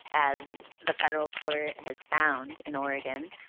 as the federal court has found in oregon,